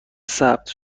ثبت